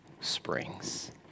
springs